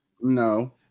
No